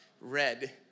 Red